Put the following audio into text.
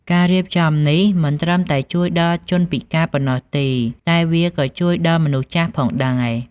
ការរៀបចំនេះមិនត្រឹមតែជួយដល់ជនពិការប៉ុណ្ណោះទេ តែវាក៏ជួយដល់មនុស្សចាស់ផងដែរ។